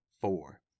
four